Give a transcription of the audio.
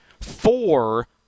four